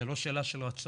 זה לא שאלה של רצון,